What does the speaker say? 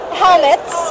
helmets